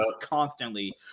constantly